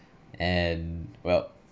and well